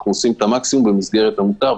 אנחנו עושים את המקסימום במסגרת המותר,